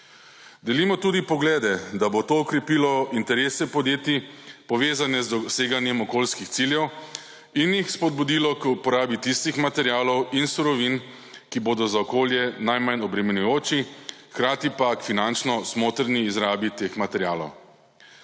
Delimo tudi poglede, da bo to okrepilo interese podjetij, povezane z doseganjem okoljskih ciljev, in jih spodbudilo k uporabi tistih materialov in surovin, ki bodo za okolje najmanj obremenjujoči, hkrati pa k finančno smotrni izrabi teh materialov.